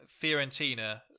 Fiorentina